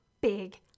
big